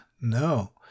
no